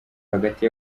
hagati